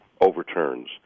Overturns